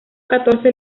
catorce